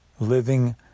living